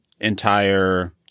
entire